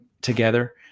together